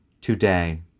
Today